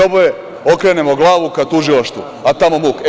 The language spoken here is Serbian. Oboje okrenemo glavu ka tužilaštvu, a tamo muk.